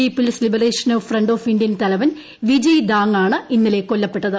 people's liberation front of Indian തലവൻ വിജയ് ദാങ്ങാണ് ഇന്നലെ കൊല്ലപ്പെട്ടത്